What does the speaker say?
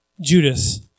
Judas